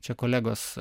čia kolegos